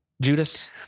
Judas